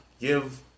give